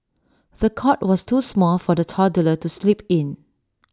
the cot was too small for the toddler to sleep in